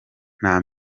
nta